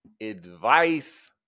advice